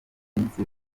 iminsi